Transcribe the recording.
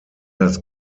das